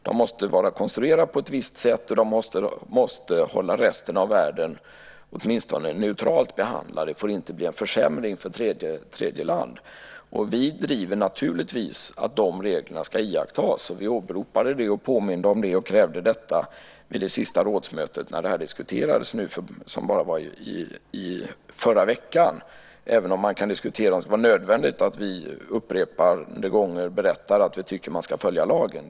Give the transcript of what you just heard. De måste vara konstruerade på ett visst sätt, och de måste innebära att resten av världen åtminstone blir neutralt behandlade. Det får inte bli en försämring för tredje land. Vi driver naturligtvis att de reglerna ska iakttas. Vi åberopade det, påminde om det och krävde det vid det senaste rådsmötet i förra veckan när detta diskuterades. Man kan diskutera om det är nödvändigt att vi upprepade gånger berättar att vi tycker att man ska följa lagen.